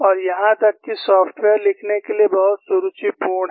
और यहां तक कि सॉफ्टवेयर लिखने के लिए बहुत सुरुचिपूर्ण है